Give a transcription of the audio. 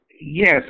yes